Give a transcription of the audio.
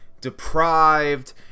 deprived